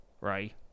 right